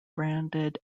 branded